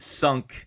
sunk